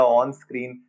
on-screen